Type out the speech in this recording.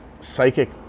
psychic